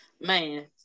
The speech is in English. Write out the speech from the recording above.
Man